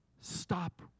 Stop